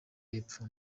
y’epfo